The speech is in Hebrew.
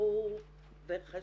ברור וחשוב.